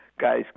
guys